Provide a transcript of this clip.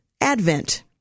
Advent